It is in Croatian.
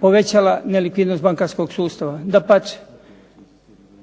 povećala nelikvidnost bankarskog sustava. Dapače,